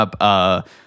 up